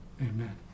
Amen